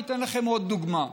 אני אתן לכם עוד דוגמה.